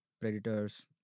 predators